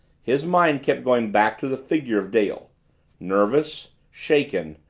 his mind kept going back to the figure of dale nervous, shaken,